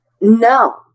No